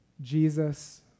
Jesus